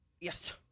yes